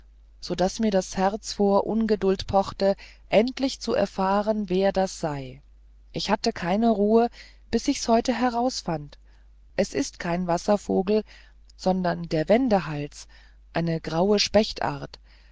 so daß mir das herz vor ungeduld pochte endlich zu erfahren wer das sei ich hatte keine ruhe bis ich's heute herausfand es ist kein wasservogel sondern der wendehals eine graue spechtart